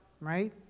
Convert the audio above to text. right